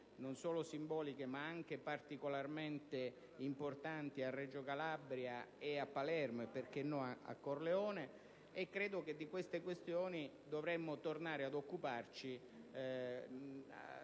non solo simboliche, ma particolarmente importanti, a Reggio Calabria, a Palermo e - perché no? - a Corleone. Credo che di simili temi dovremmo tornare ad occuparci